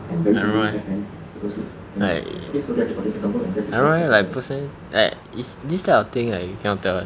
I don't know leh like I don't know leh like person like is this type of thing like you cannot tell [one]